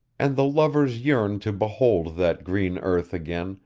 and the lovers yearned to behold that green earth again,